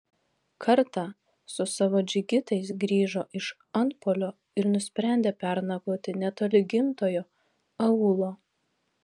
kartą su savo džigitais grįžo iš antpuolio ir nusprendė pernakvoti netoli gimtojo aūlo